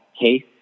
case